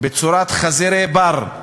בצורת חזירי בר,